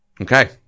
Okay